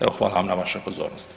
Evo hvala vam na vašoj pozornosti.